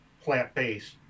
plant-based